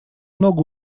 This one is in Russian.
много